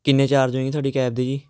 ਕਿੰਨੇ ਚਾਰਜ ਹੋਣਗੇ ਤੁਹਾਡੀ ਕੈਬ ਦੇ ਜੀ